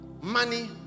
money